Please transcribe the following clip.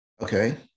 Okay